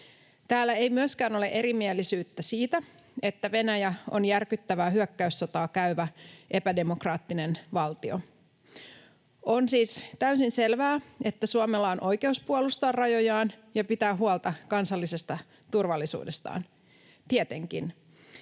Täällä ei myöskään ole erimielisyyttä siitä, että Venäjä on järkyttävää hyökkäyssotaa käyvä epädemokraattinen valtio. On siis täysin selvää, että Suomella on oikeus puolustaa rajojaan ja pitää huolta kansallisesta turvallisuudestaan. Tietenkin.